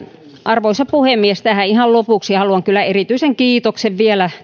arvoisa puhemies tähän kiitospuheen lopuksi haluan kyllä erityisen kiitoksen vielä